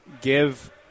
give